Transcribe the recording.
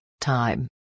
time